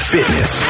Fitness